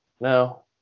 No